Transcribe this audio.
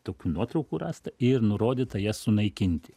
tokių nuotraukų rasta ir nurodyta jas sunaikinti